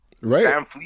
Right